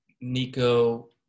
Nico